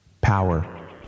Power